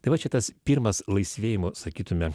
tai va čia tas pirmas laisvėjimo sakytume